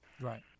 Right